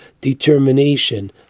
determination